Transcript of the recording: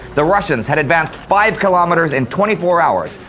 the russians had advanced five kilometers in twenty four hours,